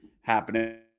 happening